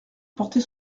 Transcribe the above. porter